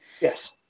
Yes